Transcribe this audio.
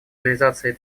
реализации